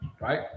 right